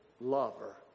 lover